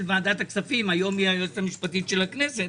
ועדת הכספים היום היא היועצת המשפטית של הכנסת,